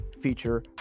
feature